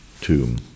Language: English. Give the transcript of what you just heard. tomb